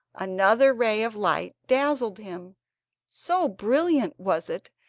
another ray of light dazzled him so brilliant was it,